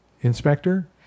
inspector